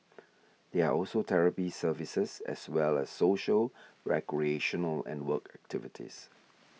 there are also therapy services as well as social recreational and work activities